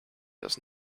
does